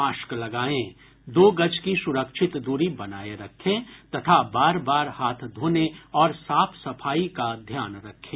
mask लगायें दो गज की सुरक्षित दूरी बनाये रखें तथा बार बार हाथ धोने और साफ सफाई का ध्यान रखें